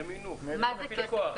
מה זה כסף קטן?